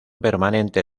permanente